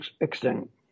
extinct